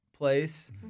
Place